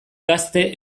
gazte